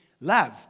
love